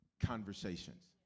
Conversations